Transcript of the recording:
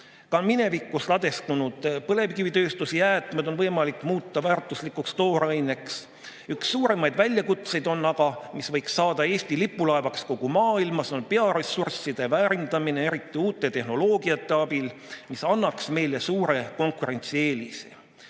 Ka minevikus ladestunud põlevkivitööstuse jäätmed on võimalik muuta väärtuslikuks tooraineks. Üks suuremaid väljakutseid aga, mis võiks saada Eesti lipulaevaks kogu maailmas, on bioressursside väärindamine, eriti uute tehnoloogiate abil, mis annaks meile suure konkurentsieelise.